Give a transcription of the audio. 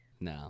No